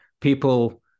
People